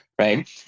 Right